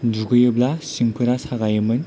दुगैयोब्ला सिंफोरा सागायोमोन